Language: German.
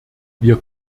wir